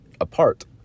apart